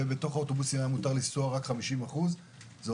ובתוך האוטובוסים היה מותר לנסוע רק 50%. זאת